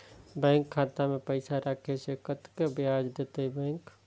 Bank खाता में पैसा राखे से कतेक ब्याज देते बैंक?